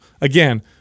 again